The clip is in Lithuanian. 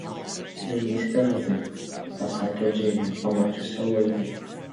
jaunystę žudai pasakė džeinė pamačiusi luinį